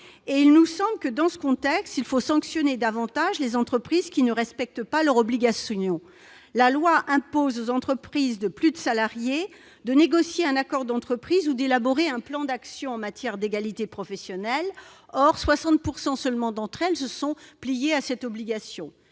faut, nous semble-t-il, sanctionner davantage les entreprises qui ne respectent pas leurs obligations. La loi impose aux entreprises, au-delà d'un certain effectif salarié, de négocier un accord d'entreprise ou d'élaborer un plan d'action en matière d'égalité professionnelle. Or 60 % seulement d'entre elles se sont pliées à cette obligation.